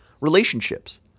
Relationships